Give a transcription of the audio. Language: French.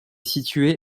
située